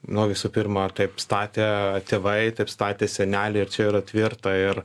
na visų pirmą ar taip statė tėvai taip statė seneliai ir čia yra tvirta ir